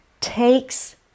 takes